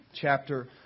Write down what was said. chapter